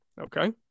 Okay